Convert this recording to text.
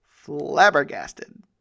Flabbergasted